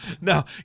no